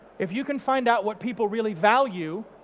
if you can find out what people really value,